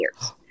years